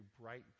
bright